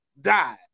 died